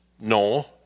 no